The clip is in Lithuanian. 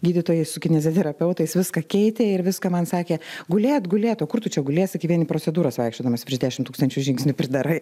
gydytojai su kineziterapeutais viską keitė ir viską man sakė gulėt gulėt o kur tu čia gulėsi kai vien į procedūras vaikščiodamas virš dešimt tūkstančių žingsnių pridarai